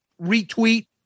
retweet